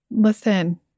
Listen